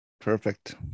Perfect